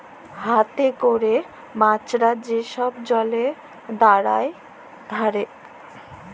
হাতে ক্যরে মেছরা যে ছব জলে দাঁড়ায় ধ্যরে